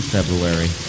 February